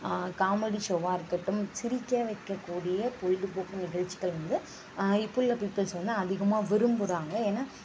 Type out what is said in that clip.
comedy ஷோவாக இருக்கட்டும் சிரிக்க வைக்கக்கூடிய பொழுதுபோக்கு நிகழ்ச்சிகள் வந்து இப்போ உள்ள பீப்பிள்ஸ் வந்து அதிகமாக விரும்புகிறாங்க ஏன்னா